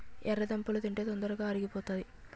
ఎర్రదుంపలు తింటే తొందరగా అరిగిపోతాది